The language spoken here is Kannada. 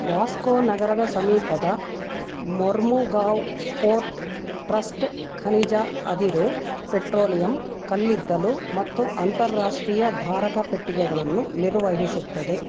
ವಾಸ್ಕೋ ನಗರದ ಸಮೀಪದ ಮೊರ್ಮೋಗಾವ್ ಪೋರ್ಟ್ ಟ್ರಸ್ಟ್ ಖನಿಜ ಅದಿರು ಪೆಟ್ರೋಲಿಯಮ್ ಕಲ್ಲಿದ್ದಲು ಮತ್ತು ಅಂತಾರಾಷ್ಟ್ರೀಯ ಧಾರಕ ಪೆಟ್ಟಿಗೆಗಳನ್ನು ನಿರ್ವಹಿಸುತ್ತದೆ